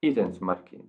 itin smarkiai